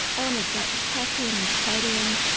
elements like potassium and sodium,